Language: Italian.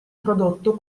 prodotto